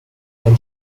then